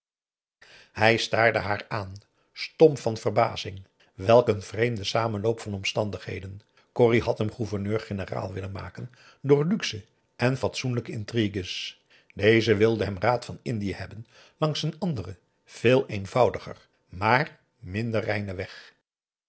hij staarde haar aan stom van verbazing welk een vreemden samenloop van omstandigheden corrie had hem gouverneur-generaal willen maken door luxe en fatsoenlijke intrigues deze wilde hem raad van indië hebben langs een anderen veel eenvoudiger maar minder reinen weg